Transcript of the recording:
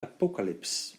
apocalypse